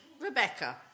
Rebecca